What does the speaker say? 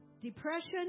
Depression